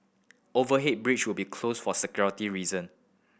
overhead bridge will be closed for security reason